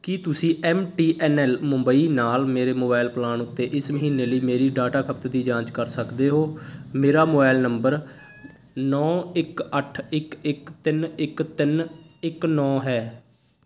ਕੀ ਤੁਸੀਂ M T N L Mumbai ਨਾਲ ਮੇਰੇ ਮੋਬਾਈਲ ਪਲਾਨ ਉੱਤੇ ਇਸ ਮਹੀਨੇ ਲਈ ਮੇਰੀ ਡਾਟਾ ਖਪਤ ਦੀ ਜਾਂਚ ਕਰ ਸਕਦੇ ਹੋ ਮੇਰਾ ਮੋਬਾਈਲ ਨੰਬਰ ਨੌਂ ਇੱਕ ਅੱਠ ਇੱਕ ਇੱਕ ਤਿੰਨ ਇੱਕ ਤਿੰਨ ਇੱਕ ਨੌਂ ਹੈ